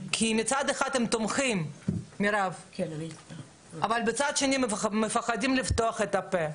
כי מצד אחד הם תומכים אבל בצד שני מפחדים לפתוח את הפה.